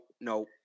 no